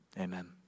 amen